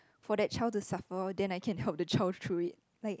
for that child to suffer then I can help the child through it like